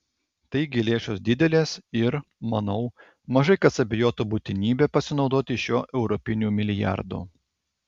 taigi lėšos didelės ir manau mažai kas abejotų būtinybe pasinaudoti šiuo europiniu milijardu